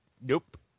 Nope